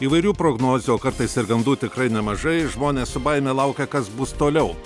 įvairių prognozių o kartais ir gandų tikrai nemažai žmonės su baime laukia kas bus toliau